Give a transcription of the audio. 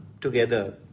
together